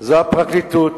זה הפרקליטות,